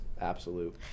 absolute